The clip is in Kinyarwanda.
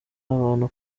abantu